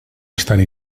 estant